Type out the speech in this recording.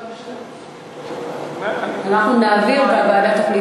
ההכרעה הצפויה בז'נבה, להעביר, לוועדה.